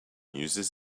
uses